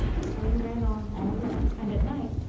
so he ran on all day, and at night,